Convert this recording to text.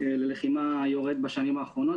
ללחימה יורד בשנים האחרונות,